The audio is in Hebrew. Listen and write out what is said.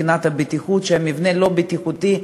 כי המבנה לא בטיחותי,